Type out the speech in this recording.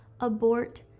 abort